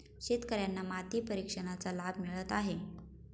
शेतकर्यांना माती परीक्षणाचा लाभ मिळत आहे